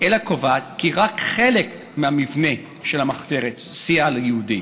אלא קובעת כי רק חלק מהמבנה של המחתרת סייע ליהודים.